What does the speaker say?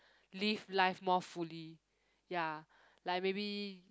live life more fully ya like maybe